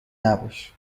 نباش